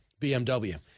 BMW